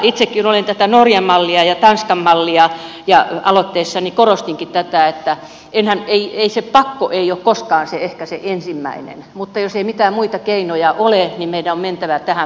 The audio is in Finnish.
itsekin olen ajatellut tätä norjan mallia ja tanskan mallia ja aloitteessani korostinkin tätä että ei se pakko ole koskaan ehkä se ensimmäinen mutta jos ei mitään muita keinoja ole niin meidän on mentävä tähän vakavaankin keinoon